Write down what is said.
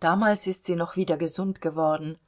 damals ist sie noch wieder gesund geworden